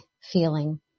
feeling